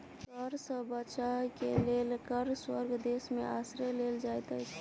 कर सॅ बचअ के लेल कर स्वर्ग देश में आश्रय लेल जाइत अछि